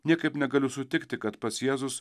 niekaip negaliu sutikti kad pats jėzus